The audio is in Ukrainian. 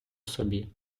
собі